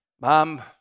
Mom